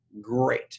great